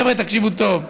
חבר'ה, תקשיבו טוב: